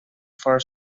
for